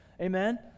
Amen